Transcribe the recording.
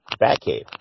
Batcave